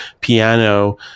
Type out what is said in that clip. piano